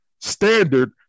standard